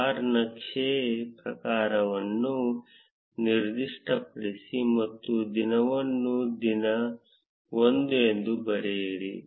bar ನಕ್ಷೆ ಪ್ರಕಾರವನ್ನು ನಿರ್ದಿಷ್ಟಪಡಿಸಿ ಮತ್ತು ದಿನವನ್ನು ದಿನ 1 ಎಂದು ಬರೆಯಿರಿ